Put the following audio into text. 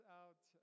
out